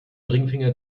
ringfinger